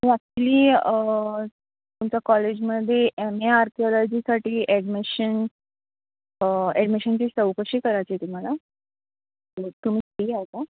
actually तुमच्या कॉलेजमध्ये M A आर्किओलॉजीसाठी ॲडमिशन ॲडमिशनची चौकशी करायची होती मला तुम्ही फ्री आहे का